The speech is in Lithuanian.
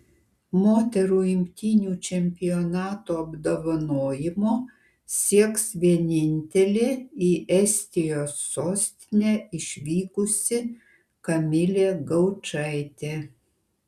moterų imtynių čempionato apdovanojimo sieks vienintelė į estijos sostinę išvykusi kamilė gaučaitė